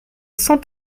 cent